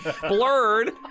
Blurred